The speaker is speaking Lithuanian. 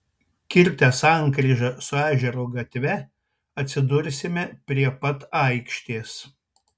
kirtę sankryžą su ežero gatve atsidursime prie pat aikštės